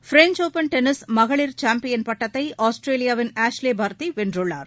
French open tennis மகளிர் champion பட்டத்தை ஆஸ்திரேலியாவின் ஆஷ்லேபர்திவென்றுள்ளார்